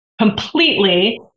completely